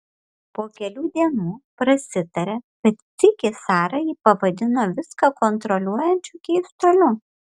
po kelių dienų prasitarė kad sykį sara jį pavadino viską kontroliuojančiu keistuoliu